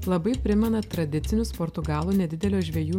labai primena tradicinius portugalų nedidelio žvejų